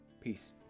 Peace